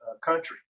country